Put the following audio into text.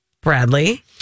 Bradley